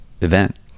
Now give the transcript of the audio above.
event